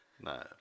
No